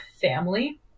family